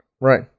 right